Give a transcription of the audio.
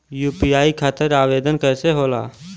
UPI खातिर आवेदन कैसे होला?